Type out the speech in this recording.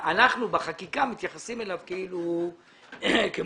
אנחנו בחקיקה מתייחסים אליו כאל כולם.